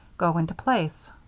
go into place.